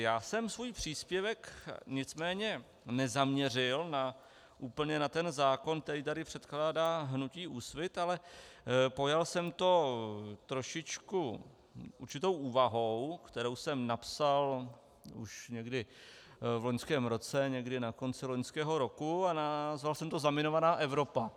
Já jsem svůj příspěvek nicméně nezaměřil úplně na zákon, který tady předkládá hnutí Úsvit, ale pojal jsem to trošičku s určitou úvahou, kterou jsem napsal už někdy v loňském roce, někdy na konce loňského roku, a nazval jsem to zaminovaná Evropa.